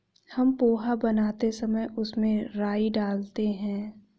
हम पोहा बनाते समय उसमें राई डालते हैं